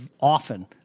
often